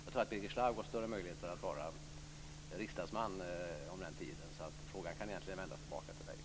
Jag tror att Birger Schlaug har större möjligheter att vara riksdagsman vid den tiden. Frågan kan egentligen vändas tillbaka till honom.